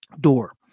door